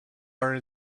are